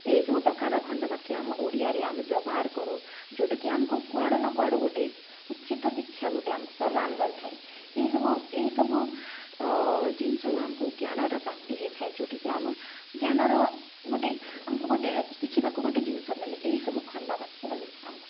ଏଇ ସବୁ ପ୍ରକାରର ଖଣ୍ଡ ବାକ୍ୟ ଆମ ଓଡ଼ିଆରେ ଆମେ ବ୍ୟବହାର କରୁ ଯେଉଁଟା କି ଆମକୁ କୁଆଡ଼ୁ ନା କୁଆଡ଼ୁ ଗୋଟେ ଉଚିତ୍ ଶିକ୍ଷା ଗୋଟେ ଆମକୁ ପ୍ରଦାନ କରିଥାଏ ଏଇ ସବୁ ଏହି ସବୁ ଜିନିଷରୁ ଆମକୁ ଜ୍ଞାନର ପ୍ରାପ୍ତି ହୋଇଥାଏ ଯେଉଁଠି କି ଆମ ଜ୍ଞାନର ଗୋଟେ ଆମକୁ ଗୋଟେ ଶିଖିବାକୁ ଗୋଟେ ଜିନିଷ ମିଳେ ଏହି ସବୁ ଖଣ୍ଡ ବାକ୍ୟରୁ ଆମକୁ